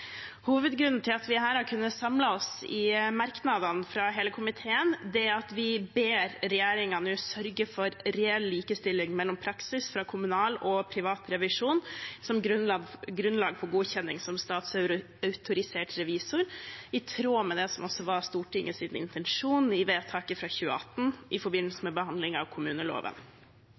Hovedgrunnen til at hele komiteen har kunnet samle seg i merknadene, er at vi ber regjeringen sørge for reell likestilling mellom praksis fra kommunal og privat revisjon som grunnlag for godkjenning som statsautorisert revisor – i tråd med det som også var Stortingets intensjon i vedtaket fra 2018 i forbindelse med behandlingen av kommuneloven.